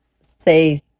say